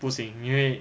不行因为